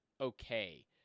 okay